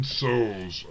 souls